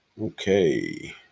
Okay